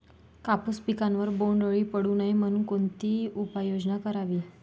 कापूस पिकावर बोंडअळी पडू नये म्हणून कोणती उपाययोजना करावी?